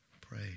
Pray